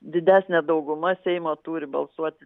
didesnė dauguma seimo turi balsuoti